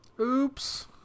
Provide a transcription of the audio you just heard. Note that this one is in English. Oops